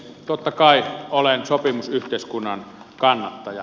totta kai olen sopimusyhteiskunnan kannattaja